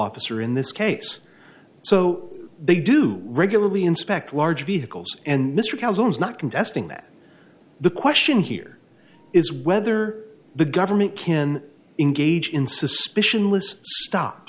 officer in this case so they do regularly inspect large vehicles and mr calderon is not contesting that the question here is whether the government can engage in suspicion list stop